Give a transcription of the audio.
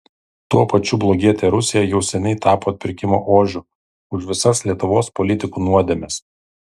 tuo pačiu blogietė rusija jau seniai tapo atpirkimo ožiu už visas lietuvos politikų nuodėmes